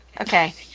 Okay